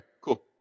cool